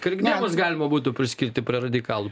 krikdemus galima būtų priskirti prie radikalų